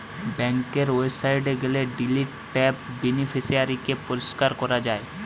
বেংকের ওয়েবসাইটে গেলে ডিলিট ট্যাবে বেনিফিশিয়ারি কে পরিষ্কার করা যায়